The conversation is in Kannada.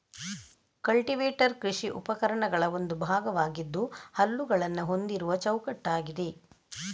ಕಲ್ಟಿವೇಟರ್ ಕೃಷಿ ಉಪಕರಣಗಳ ಒಂದು ಭಾಗವಾಗಿದ್ದು ಹಲ್ಲುಗಳನ್ನ ಹೊಂದಿರುವ ಚೌಕಟ್ಟಾಗಿದೆ